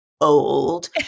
old